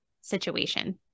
situation